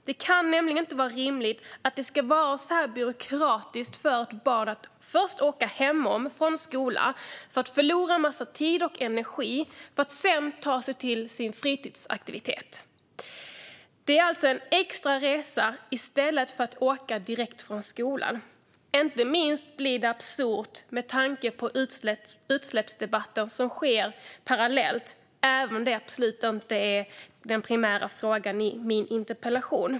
Det kan nämligen inte vara rimligt att det ska vara så här byråkratiskt för ett barn att först åka hem från skolan och förlora en massa tid och energi för att sedan ta sig till sin fritidsaktivitet. Det innebär en extra resa i stället för att man åker direkt från skolan. Det blir absurt inte minst med tanke på den utsläppsdebatt som pågår parallellt, även om detta absolut inte är den primära frågan i min interpellation.